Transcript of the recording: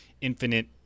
infinite